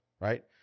Right